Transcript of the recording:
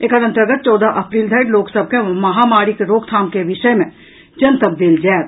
एकर अंतर्गत चौदह अप्रील धरि लोक सभ के महामारी क रोकथामक विषय में जनतब देल जायत